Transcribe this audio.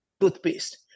toothpaste